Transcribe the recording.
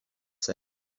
said